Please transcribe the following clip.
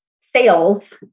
sales